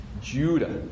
Judah